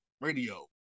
radio